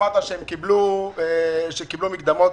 שאמרת שקיבלו מקדמות.